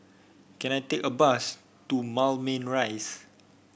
can I take a bus to Moulmein Rise